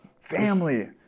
family